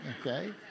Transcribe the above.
okay